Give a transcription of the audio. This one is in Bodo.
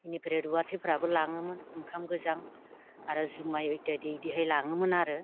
बेनिफ्राय रुवाथिफ्राबो लाङोमोन ओंखाम गोजां आरो जुमाइ ओइत्यादि बिदिहाय लाङोमोन आरो